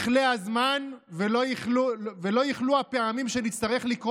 יכלה הזמן ולא יכלו הפעמים שנצטרך לקרוא